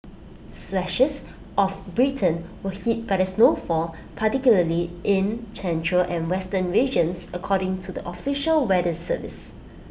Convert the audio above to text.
swathes of Britain hit by the snowfall particularly in central and western regions according to the official weather service